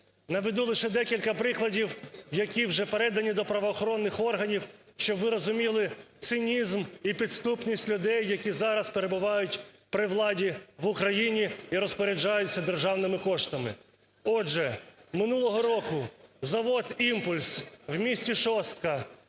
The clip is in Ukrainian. Наведу лише декілька прикладів, які вже передані до правоохоронних органів, щоб ви розуміли цинізм і підступність людей, які зараз перебувають при владі в Україні і розпоряджаються державними коштами. Отже, минулого року завод "Імпульс" в місті Шостка